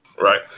Right